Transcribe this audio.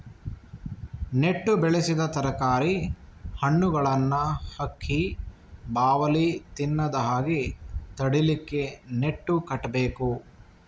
ನೆಟ್ಟು ಬೆಳೆಸಿದ ತರಕಾರಿ, ಹಣ್ಣುಗಳನ್ನ ಹಕ್ಕಿ, ಬಾವಲಿ ತಿನ್ನದ ಹಾಗೆ ತಡೀಲಿಕ್ಕೆ ನೆಟ್ಟು ಕಟ್ಬೇಕು